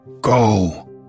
go